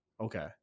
Okay